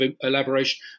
elaboration